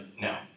No